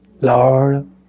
Lord